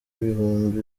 ibihumbi